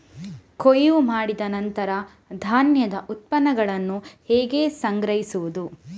ಕೊಯ್ಲು ಮಾಡಿದ ನಂತರ ಧಾನ್ಯದ ಉತ್ಪನ್ನಗಳನ್ನು ಹೇಗೆ ಸಂಗ್ರಹಿಸುವುದು?